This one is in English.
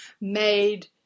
made